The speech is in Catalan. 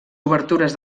obertures